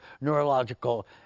neurological